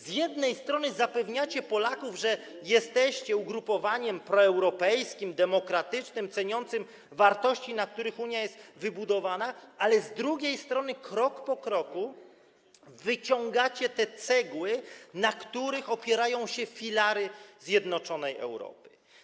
Z jednej strony zapewniacie Polaków, że jesteście ugrupowaniem proeuropejskim, demokratycznym, ceniącym wartości, na których Unia jest wybudowana, ale z drugiej strony krok po kroku wyciągacie te cegły, na których opierają się filary zjednoczonej Europy.